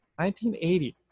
1980